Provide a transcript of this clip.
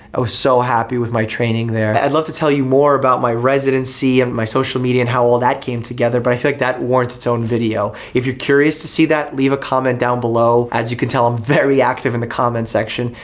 i was so happy with my training there. i'd love to tell you more about my residency and my social media and how all that came together but i feel like that warrants it's own video. if you're curious to see that, leave a comment down below. as you can tell, i'm very active in the comments section.